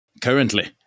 Currently